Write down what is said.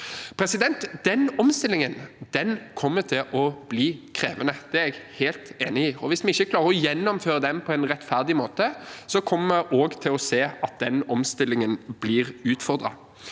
til. Denne omstillingen kommer til å bli krevende, det er jeg helt enig i. Hvis vi ikke klarer å gjennomføre den på en rettferdig måte, kommer vi også til å se at den omstillingen blir utfordret.